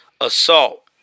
assault